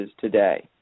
today